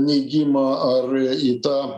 neigimą ar į tą